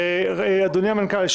אדוני המנכ"ל,